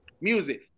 Music